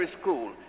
school